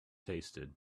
tasted